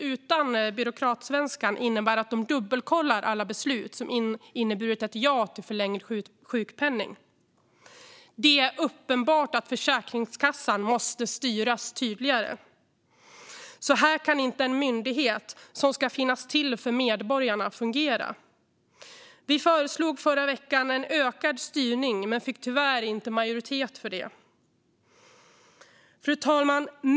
Utan byråkratsvenskan innebär det att de dubbelkollar alla beslut om ja till förlängd sjukpenning. Det är uppenbart att Försäkringskassan måste styras tydligare. Så här kan inte en myndighet som ska finnas till för medborgarna fungera. Vi föreslog förra veckan en ökad styrning, men det fanns tyvärr inte majoritet som stod bakom det förslaget. Fru talman!